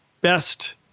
best